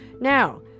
now